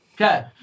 Okay